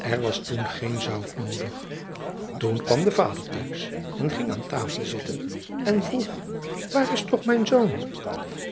er was toen geen zout noodig toen kwam de vader thuis en ging aan tafel zitten en vroeg waar is toch mijn zoon